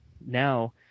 now